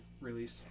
release